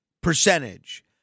percentage